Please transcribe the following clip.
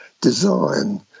design